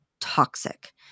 toxic